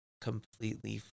completely